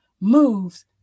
moves